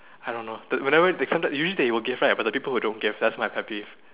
I don't know the whenever like sometimes usually they will give right but the people who don't give that's my pet peeve